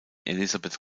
elizabeth